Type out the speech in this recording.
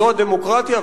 זו הדמוקרטיה,